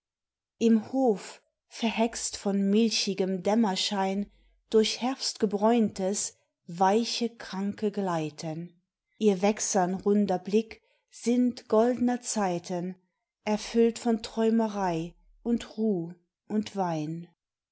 im hof verhext von milchigem dämmerschein durch herbstgebräuntes weiche kranke gleiten ihr wächsern runder blick sinnt goldner zeiten erfüllt von träumerei und ruh und wein